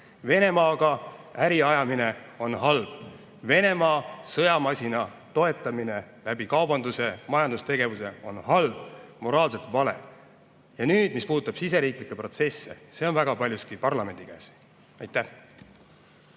Venemaaga äri ajamine on halb. Venemaa sõjamasina toetamine läbi kaubanduse, majandustegevuse on halb, moraalselt vale. Aga mis puudutab siseriiklikke protsesse, siis see on väga paljuski parlamendi kätes. Lauri